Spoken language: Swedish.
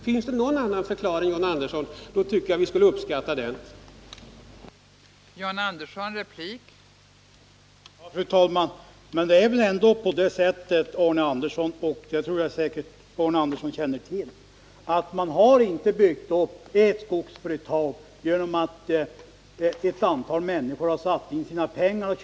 Finns det någon 21 maj 1980 annan förklaring, John Andersson, skulle vi uppskatta att få höra den.